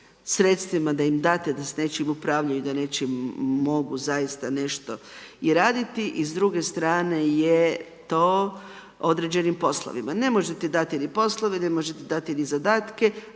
da im date s nečim da upravljaju i da nečim mogu zaista nešto i raditi i s druge strane je to određenim poslovima. Ne možete dati ni poslove, ne možete dati ni zadatke